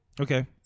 Okay